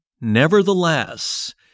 Nevertheless